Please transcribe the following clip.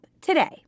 today